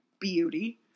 beauty